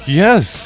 yes